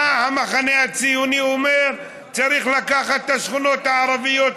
בא המחנה הציוני ואומר: צריך לקחת את השכונות הערביות,